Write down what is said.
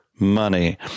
money